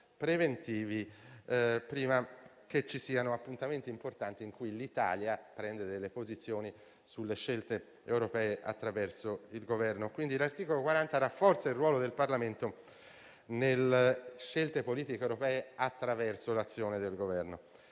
preventivi, prima che ci siano appuntamenti importanti in cui l'Italia assume posizioni sulle scelte europee attraverso il Governo. L'articolo 40 quindi rafforza il ruolo del Parlamento nelle scelte politiche europee, attraverso l'azione del Governo.